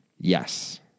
Yes